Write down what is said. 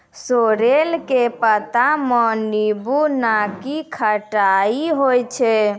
sorrel के पत्ता मॅ नींबू नाकी खट्टाई होय छै